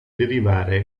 derivare